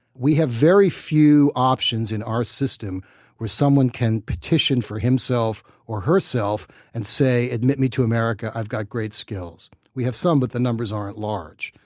we have very few options in our system where someone can petition for himself or herself and say, admit me to america, i've got great skills. we have some, but the numbers aren't large.